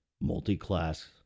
multi-class